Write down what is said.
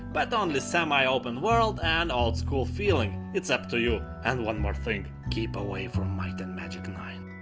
but um only semi open world and old school feeling. it's up to you. and one more thing keep away from might and magic nine.